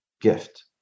gift